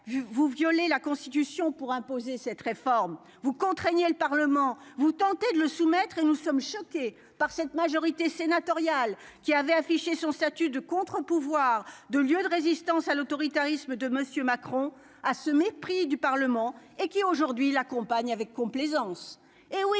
vous violer la Constitution pour imposer cette réforme vous contraignait le Parlement vous tentez de le soumettre et nous sommes choqués par cette majorité sénatoriale qui avait affiché son statut de contrepouvoir de lieux de résistance à l'autoritarisme de monsieur Macron à ce mépris du Parlement et qui aujourd'hui l'accompagne avec complaisance,